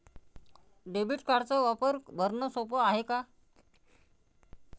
Debit कार्डचा वापर भरनं सोप हाय का?